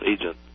agent